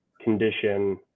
condition